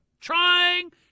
Trying